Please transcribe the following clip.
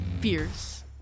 Fierce